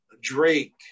Drake